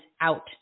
out